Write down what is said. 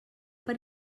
per